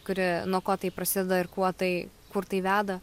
kuri nuo ko tai prasideda ir kuo tai kur tai veda